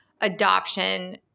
adoption